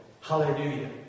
Hallelujah